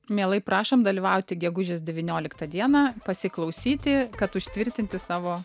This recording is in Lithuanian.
mielai prašom dalyvauti gegužės devynioliktą dieną pasiklausyti kad užtvirtinti savo